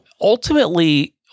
Ultimately